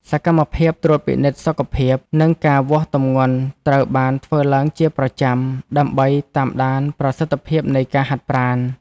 សកម្មភាពត្រួតពិនិត្យសុខភាព និងការវាស់ទម្ងន់ត្រូវបានធ្វើឡើងជាប្រចាំ ដើម្បីតាមដានប្រសិទ្ធភាពនៃការហាត់ប្រាណ។